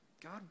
God